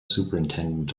superintendent